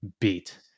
beat